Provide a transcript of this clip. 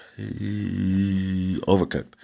overcooked